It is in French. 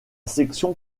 section